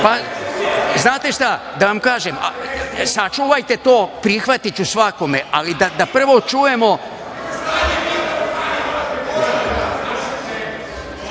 šta, da vam kažem, sačuvajte to, prihvatiću svakome, ali da prvo čujemo. Da